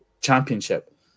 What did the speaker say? championship